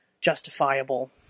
justifiable